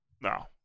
No